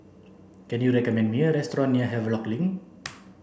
can you recommend me a restaurant near Havelock Link